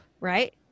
right